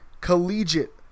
collegiate